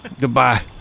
Goodbye